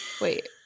wait